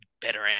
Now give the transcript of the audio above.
better